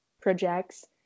projects